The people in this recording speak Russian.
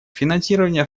финансирование